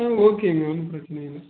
ம் ஓகேங்க ஒன்றும் பிரச்சின இல்லை